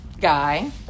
guy